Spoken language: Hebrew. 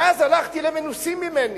ואז הלכתי למנוסים ממני,